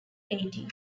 eighteen